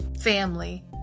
family